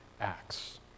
acts